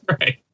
Right